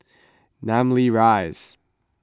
Namly Rise